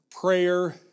prayer